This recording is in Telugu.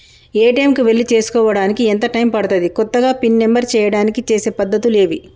ఏ.టి.ఎమ్ కు వెళ్లి చేసుకోవడానికి ఎంత టైం పడుతది? కొత్తగా పిన్ నంబర్ చేయడానికి చేసే పద్ధతులు ఏవి?